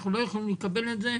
אנחנו לא יכולים לקבל את זה,